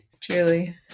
Truly